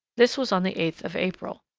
this was on the eighth of april.